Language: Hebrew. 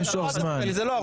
--- לשנאת --- מה זה?